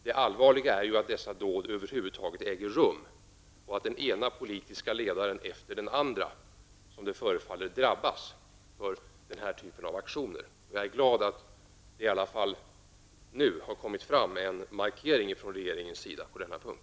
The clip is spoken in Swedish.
Det allvarliga är att dessa dåd över huvud taget äger rum och att den ena politiska ledaren efter den andra, som det förefaller, drabbas av den här typen av aktioner. Jag är glad att det nu i alla fall har kommit en markering från regeringen på denna punkt.